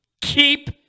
keep